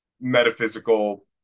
metaphysical